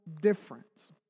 difference